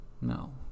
No